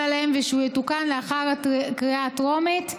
עליהם ושהוא יתוקן לאחר הקריאה הטרומית,